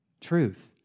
Truth